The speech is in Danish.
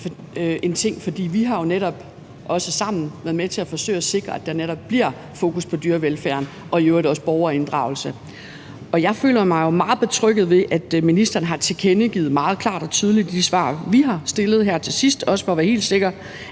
jo netop også sammen været med til at forsøge at sikre, at der netop bliver fokus på dyrevelfærden og i øvrigt også borgerinddragelse. Jeg føler mig jo meget betrygget ved, at ministeren meget klart og tydeligt i svarene på de spørgsmål, vi har stillet her til sidst for også at være helt sikre,